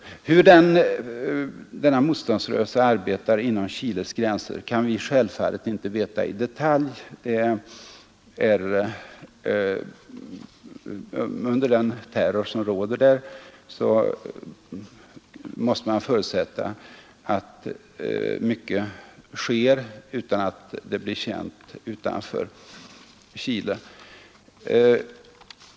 Hur denna motståndsrörelse arbetar inom Chiles gränser kan vi självfallet inte veta i detalj. Under den terror som råder där måste man förutsätta att mycket sker utan att det blir känt utanför Chile.